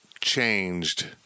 changed